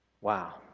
Wow